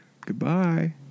Goodbye